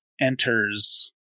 enters